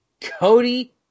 Cody